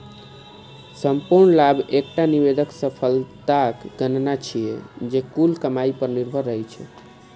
संपूर्ण लाभ एकटा निवेशक सफलताक गणना छियै, जे कुल कमाइ पर निर्भर रहै छै